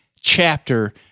chapter